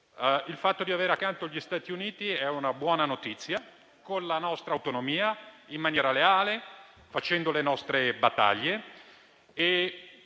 Il fatto di avere accanto gli Stati Uniti è una buona notizia: con la nostra autonomia, in maniera leale, facendo le nostre battaglie,